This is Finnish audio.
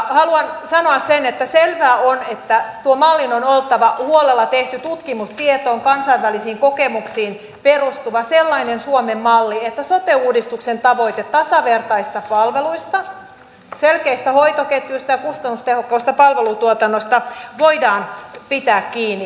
haluan sanoa sen että selvää on että tuon mallin on oltava huolella tehty tutkimustietoon kansainvälisiin kokemuksiin perustuva sellainen suomen malli että sote uudistuksen tavoitteista tasavertaisista palveluista selkeistä hoitoketjuista ja kustannustehokkaasta palvelutuotannosta voidaan pitää kiinni